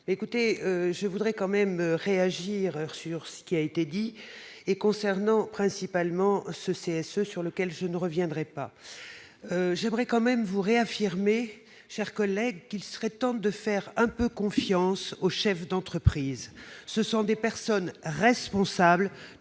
écoutez, je voudrais quand même réagir sur ce qui a été dit et concernant principalement ce CSE sur lequel je ne reviendrai pas, j'aimerais quand même vous réaffirmer chers collègues qu'il serait temps de faire un peu confiance aux chefs d'entreprise, ce sont des personnes responsables,